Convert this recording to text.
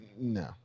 No